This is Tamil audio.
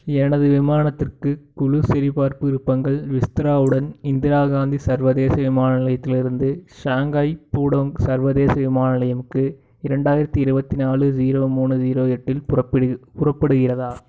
எனது விமானத்திற்கு குழு சரிபார்ப்பு விருப்பங்கள் விஸ்த்ராவுடன் இந்திரா காந்தி சர்வதேச விமான நிலையத்திலிருந்து ஷாங்காய் புடோங் சர்வதேச விமான நிலையமுக்கு இரண்டாயிரத்தி இருபத்தி நாலு ஜீரோ மூணு ஜீரோ எட்டில் புறப்படு புறப்படுகின்றதா